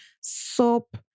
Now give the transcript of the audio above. soap